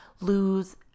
lose